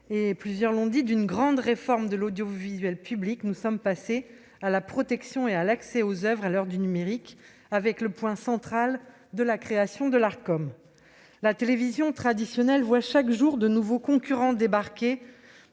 débat sur ce texte. D'une grande réforme de l'audiovisuel public, nous sommes passés à la protection et à l'accès aux oeuvres à l'heure du numérique, avec comme point central la création de l'Arcom. La télévision traditionnelle voit chaque jour de nouveaux concurrents débarquer